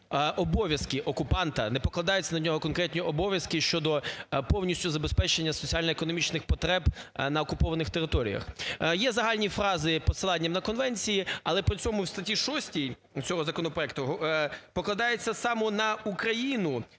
обов'язки окупанта, не покладаються на нього конкретні обов'язки щодо повністю забезпечення соціально-економічних потреб на окупованих територіях. Є загальні фрази із посиланням на конвенції, але при цьому у статті 6 цього законопроекту покладається саме на Україну